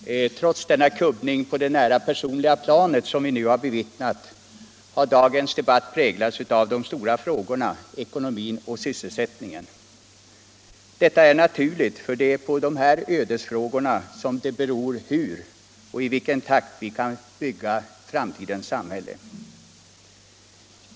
Herr talman! Trots den kubbning på det nära personliga planet som vi nu har bevittnat har dagens debatt präglats av de stora frågorna, ekonomin och sysselsättningen. Detta är naturligt, för det är på dessa ödesfrågor som det beror hur och i vilken takt vi kan bygga framtidens samhälle.